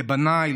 לבניי,